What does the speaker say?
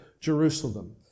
Jerusalem